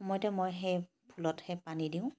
সময়তে মই সেই ফুলত সেই পানী দিওঁ